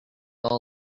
all